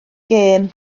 gêm